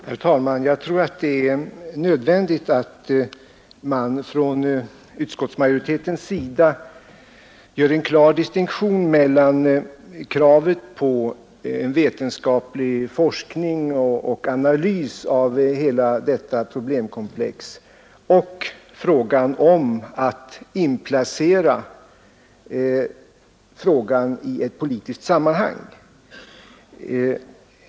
Herr talman! Jag tror att det är nödvändigt att utskottsmajoriteten gör en klar distinktion mellan kravet på vetenskaplig forskning om och analys av hela detta problemkomplex och frågan om att inplacera det i ett politiskt sammanhang.